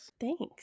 Thanks